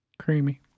Creamy